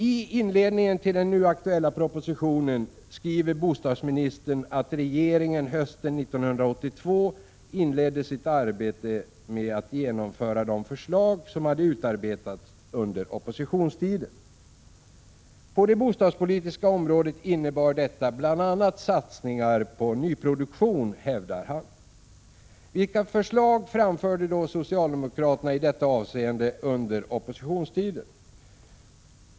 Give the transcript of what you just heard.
I inledningen till den nu aktuella propositionen skriver bostadsministern att regeringen hösten 1982 inledde sitt arbete med att genomföra de förslag som hade utarbetats under oppositionstiden. På det bostadspolitiska området innebar detta bl.a. satsningar på nyproduktion, hävdar han. Vilka förslag framförde då socialdemokraterna i detta avseende under oppositionstiden?